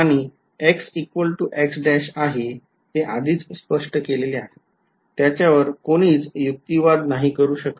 आणि x x आहे ते आधीच स्पष्ट केलेले आहे त्याच्यावर कोणीच युक्तिवाद नाही करू शकत